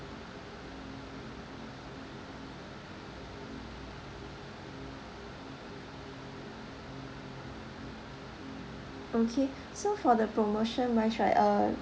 okay so for the promotion wise right uh